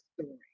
story